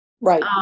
Right